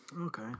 okay